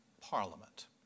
parliament